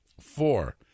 Four